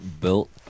built